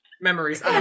memories